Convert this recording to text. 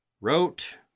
wrote